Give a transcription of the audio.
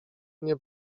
nie